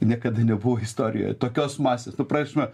niekada nebuvo istorijoje tokios masės ta prasme